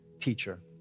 teacher